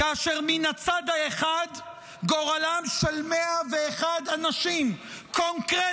כאשר מן הצד האחד גורלם של 101 אנשים קונקרטיים,